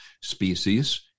species